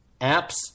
apps